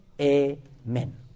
Amen